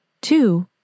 two